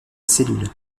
cellule